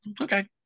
Okay